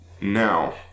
Now